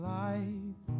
life